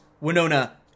Winona